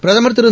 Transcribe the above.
பிரதமர் திரு